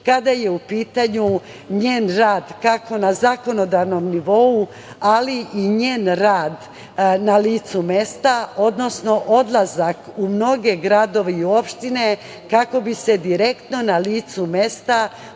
kada je u pitanju njen rada kako na zakonodavnom nivou, ali i njen rad na licu mesta, odnosno odlazak u mnoge gradove i u opštine kako bi se direktno na licu mesta upoznala